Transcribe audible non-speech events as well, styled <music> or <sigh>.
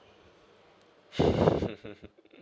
<breath> mm hmm